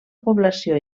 població